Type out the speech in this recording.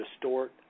distort